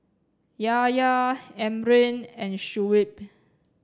Yahya Amrin and Shuib